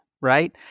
right